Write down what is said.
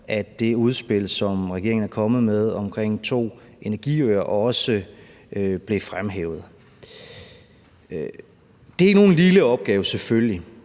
det udspil, som regeringen er kommet med, om to energiøer også bliver fremhævet. Det er ikke nogen lille opgave, selvfølgelig,